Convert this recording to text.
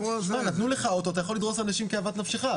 נתנו לך אוטו, אתה יכול לדרוס אנשים כאוות נפשך.